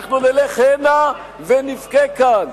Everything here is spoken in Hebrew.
אנחנו נלך הנה ונבכה כאן.